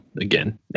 again